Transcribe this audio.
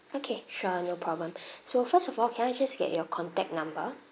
okay sure no problem so first of all can I just get your contact number